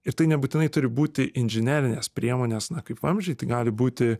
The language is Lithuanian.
ir tai nebūtinai turi būti inžinerinės priemonės kaip vamzdžiai tai gali būti